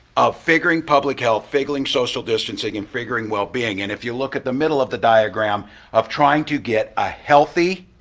figuring public health, figuring social distancing and figuring well being. and if you look at the middle of the diagram of trying to get a healthy,